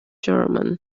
german